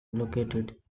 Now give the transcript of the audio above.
located